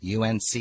UNC